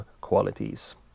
qualities